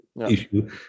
Issue